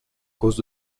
cause